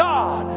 God